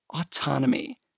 autonomy